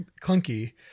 clunky